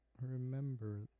remember